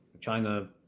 China